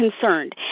concerned